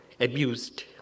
abused